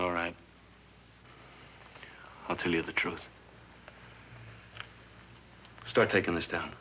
all right i'll tell you the truth start taking this down